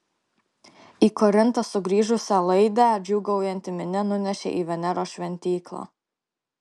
į korintą sugrįžusią laidę džiūgaujanti minia nunešė į veneros šventyklą